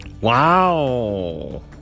wow